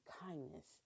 kindness